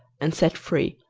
and set free,